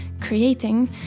creating